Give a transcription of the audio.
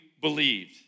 believed